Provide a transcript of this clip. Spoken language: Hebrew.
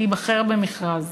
שייבחר במכרז.